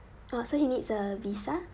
orh so he needs a visa